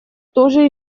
тоже